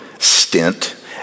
stint